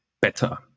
better